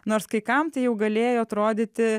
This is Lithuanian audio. nors kai kam tai jau galėjo atrodyti